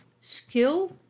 skill